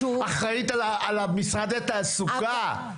אנחנו נעמוד --- אחראית על משרדי התעסוקה?